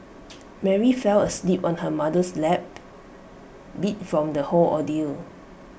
Mary fell asleep on her mother's lap beat from the whole ordeal